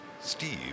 Steve